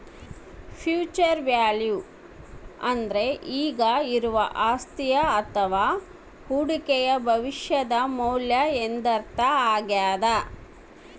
future value ಅಂದ್ರೆ ಈಗ ಇರುವ ಅಸ್ತಿಯ ಅಥವ ಹೂಡಿಕೆಯು ಭವಿಷ್ಯದ ಮೌಲ್ಯ ಎಂದರ್ಥ ಆಗ್ಯಾದ